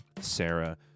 Sarah